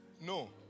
no